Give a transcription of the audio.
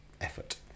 effort